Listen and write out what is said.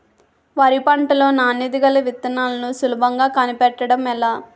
వరి పంట లో నాణ్యత గల విత్తనాలను సులభంగా కనిపెట్టడం ఎలా?